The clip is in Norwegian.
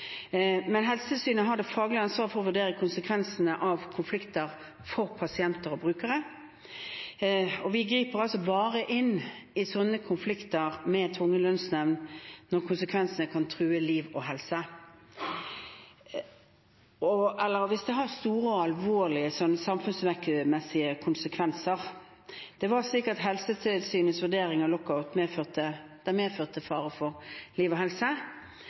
Men Helsetilsynet har det faglige ansvaret for å vurdere konsekvensene av konflikter for pasienter og brukere, og vi griper inn i slike konflikter med tvungen lønnsnemnd bare når konsekvensen kan bli at det truer liv og helse, eller hvis det har store og alvorlige samfunnsmessige konsekvenser. Det var sikkert Helsetilsynets vurdering at lockout medførte fare for liv og helse.